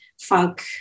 funk